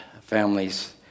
families